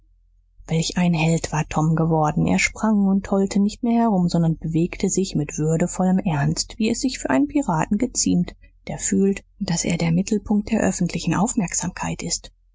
welch ein held war tom geworden er sprang und tollte nicht mehr herum sondern bewegte sich mit würdevollem ernst wie es sich für einen piraten geziemt der fühlt daß er der mittelpunkt der öffentlichen aufmerksamkeit ist